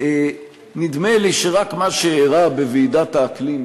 נדמה לי שרק מה שאירע בוועידת האקלים,